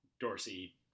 Dorsey